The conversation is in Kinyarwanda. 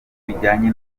bijyanye